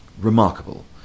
Remarkable